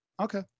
Okay